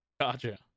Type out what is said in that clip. Gotcha